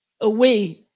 away